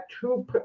two